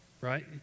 Right